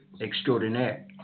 extraordinaire